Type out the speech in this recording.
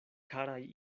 karaj